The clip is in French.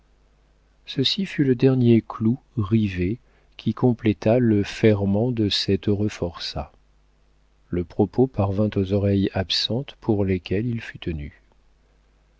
ceci fut le dernier clou rivé qui compléta le ferrement de cet heureux forçat le propos parvint aux oreilles absentes pour lesquelles il fut tenu